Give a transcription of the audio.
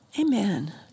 Amen